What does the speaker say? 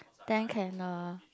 then can uh